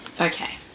Okay